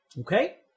okay